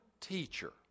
teacher